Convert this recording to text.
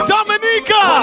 Dominica